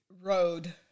road